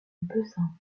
bessin